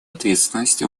ответственность